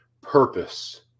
purpose